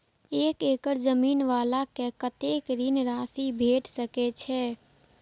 एक एकड़ जमीन वाला के कतेक ऋण राशि भेट सकै छै?